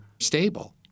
stable